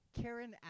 Karen